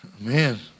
man